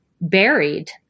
buried